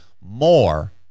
more